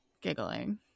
giggling